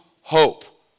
hope